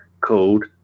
called